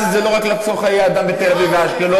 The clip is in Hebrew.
הם לא רק כדי לחסוך חיי אדם בתל-אביב ואשקלון,